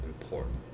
important